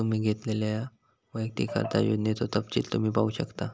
तुम्ही घेतलेल्यो वैयक्तिक कर्जा योजनेचो तपशील तुम्ही पाहू शकता